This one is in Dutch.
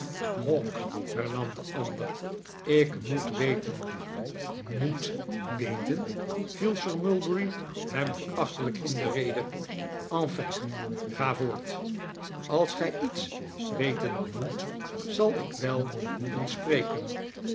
hawk hernam de ander ik moet weten m o e t weten viel sir mulberry hem verachtelijk in de rede enfin ga voort als gij iets weten moet zal ik wel moeten spreken